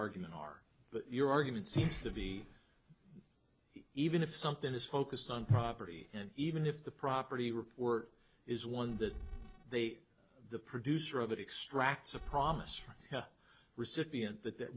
argument are but your argument seems to be even if something is focused on property and even if the property report is one that they the producer of it extracts a promise recipient that